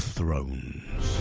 Thrones